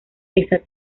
esa